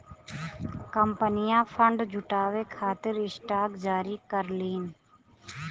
कंपनियन फंड जुटावे खातिर स्टॉक जारी करलीन